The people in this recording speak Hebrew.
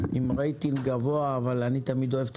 עם רייטינג גבוה אבל אני תמיד אוהב את